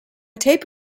tape